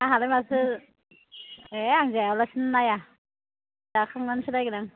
आंहालाय माथो ए आं जायालासिनो नाया जाखांनानैसो नायगोन आं